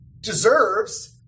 deserves